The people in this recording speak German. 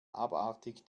abartig